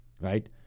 right